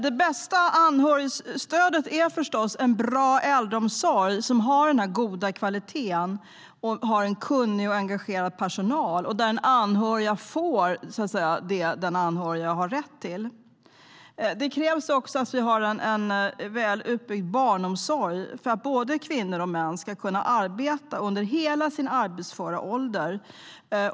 Det bästa anhörigstödet är förstås en bra äldreomsorg där kvaliteten är god, personalen kunnig och engagerad och där de anhöriga får det som de har rätt till. Därtill krävs att vi har en väl utbyggd barnomsorg så att både kvinnor och män ska kunna arbeta under hela sin arbetsföra ålder.